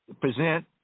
present